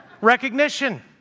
Recognition